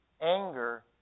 Anger